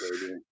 baby